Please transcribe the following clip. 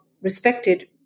respected